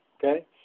Okay